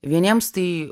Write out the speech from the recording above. vieniems tai